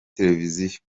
televiziyo